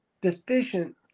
deficient